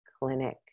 clinic